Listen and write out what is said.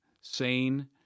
sane